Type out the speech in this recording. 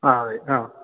ആ അതെ ആ